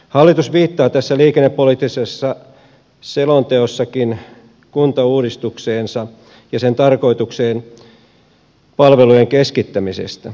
hallitus viittaa tässä liikennepoliittisessa selonteossakin kuntauudistukseensa ja sen tarkoitukseen liittyen palvelujen keskittämiseen